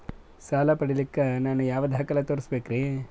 ಸಾಲ ಪಡಿಲಿಕ್ಕ ನಾನು ಯಾವ ದಾಖಲೆ ತೋರಿಸಬೇಕರಿ?